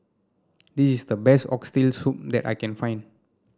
this is the best Oxtail Soup that I can find